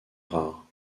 rares